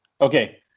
Okay